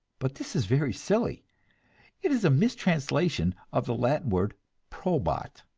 but this is very silly it is a mistranslation of the latin word probat,